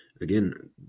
Again